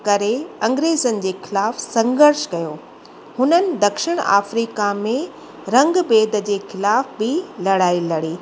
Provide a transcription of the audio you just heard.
करे अंग्रेज़नि जे खिलाफ़ु संघर्ष कयो हुननि दक्षिण अफ़्रीका में रंगु भेद जे खिलाफ़ु बि लड़ाई लड़ी